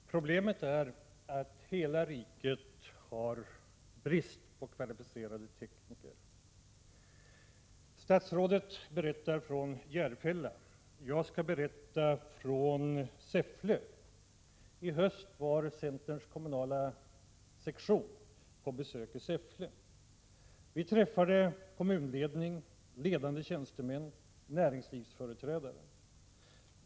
Herr talman! Problemet är att hela riket har brist på kvalificerade tekniker. Statsrådet berättar om Järfälla, jag skall berätta om Säffle. I höst var centerns kommunala sektion på besök i Säffle. Vi träffade kommunledning, ledande tjänstemän och näringslivsföreträdare.